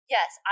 Yes